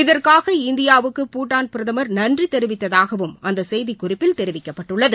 இதற்காக இந்தியாவுக்கு பூடான் பிரதமர் நன்றி தெரிவித்ததாகவும் அந்த செய்திக் குறிப்பில் தெரிவிக்கப்பட்டுள்ளது